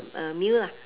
uh meal lah